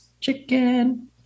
chicken